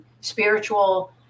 spiritual